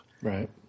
Right